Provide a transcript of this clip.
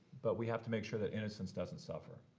but we have to make sure that innocence doesn't suffer.